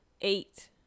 eight